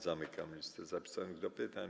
Zamykam listę zapisanych do pytań.